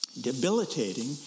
debilitating